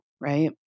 right